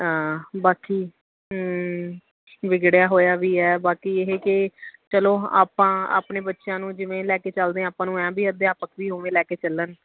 ਬਾਕੀ ਵਿਗੜਿਆ ਹੋਇਆ ਵੀ ਹੈ ਬਾਕੀ ਇਹ ਕਿ ਚਲੋ ਆਪਾਂ ਆਪਣੇ ਬੱਚਿਆਂ ਨੂੰ ਜਿਵੇਂ ਲੈ ਕੇ ਚਲਦੇ ਹਾਂ ਆਪਾਂ ਨੂੰ ਹੈ ਵੀ ਅਧਿਆਪਕ ਵੀ ਉਵੇਂ ਲੈ ਕੇ ਚੱਲਣ